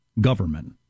government